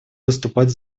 выступать